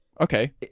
Okay